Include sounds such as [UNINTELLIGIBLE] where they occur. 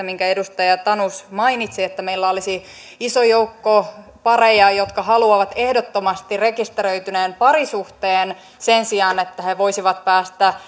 [UNINTELLIGIBLE] minkä edustaja tanus mainitsi että meillä olisi iso joukko pareja jotka haluavat ehdottomasti rekisteröidyn parisuhteen sen sijaan että he voisivat päästä [UNINTELLIGIBLE]